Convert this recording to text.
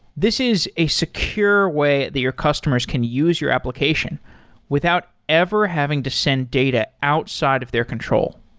this is a secure way the your customers can use your application without ever having to send data outside of their control.